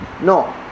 No